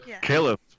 Caleb